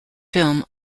film